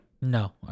No